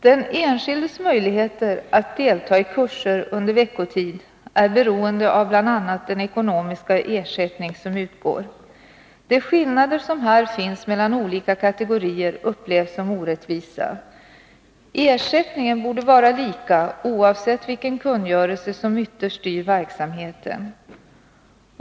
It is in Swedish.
Den enskildes möjligheter att delta i kurser under veckotid är beroende av bl.a. den ekonomiska ersättning som utgår. De skillnader som här finns mellan olika kategorier upplevs som orättvisa. Ersättningen borde vara lika oavsett vilken kungörelse som ytterst styr verksamheten.